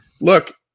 look